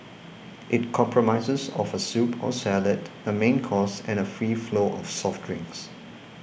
it comprises of a soup or salad a main course and free flow of soft drinks